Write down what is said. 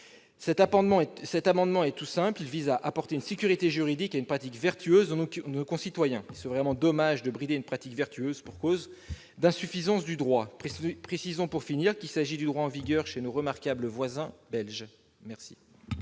Cet amendement est donc tout simple ; il vise à apporter une sécurité juridique à une pratique vertueuse de nos concitoyens. Il serait vraiment dommage de brider une telle pratique, vertueuse, je le répète, pour cause d'insuffisance du droit. Précisons, pour finir, que ce cadre juridique est en vigueur chez nos- remarquables -voisins belges